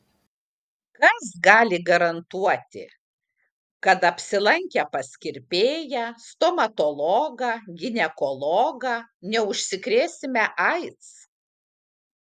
kas gali garantuoti kad apsilankę pas kirpėją stomatologą ginekologą neužsikrėsime aids